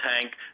tank